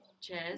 Cheers